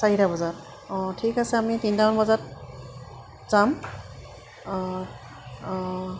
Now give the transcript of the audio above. চাৰিটা বজাত অঁ ঠিক আছে আমি তিনিটামান বজাত যাম